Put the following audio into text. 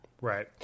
Right